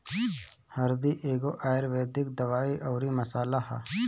हरदी एगो आयुर्वेदिक दवाई अउरी मसाला हअ